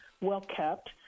well-kept